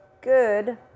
good